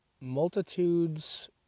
multitudes